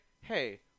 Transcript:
hey